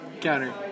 counter